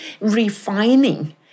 refining